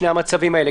שני המצבים האלה.